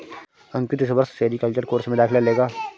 अंकित इस वर्ष sericulture course में दाखिला लेगा